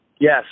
Yes